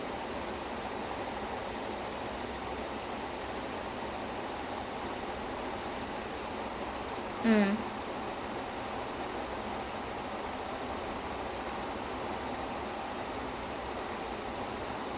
so அவங்க வந்து:avanga vanthu the family is very okay they are very well to do very upper class மாதிரி:maathiri then will smith is like the happy go lucky guy who doesn't really have any ties to money or anything நல்லா கலாய்சுட்டு இருப்பான்:nallaa kalaichuttu irupaan